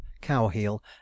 cow-heel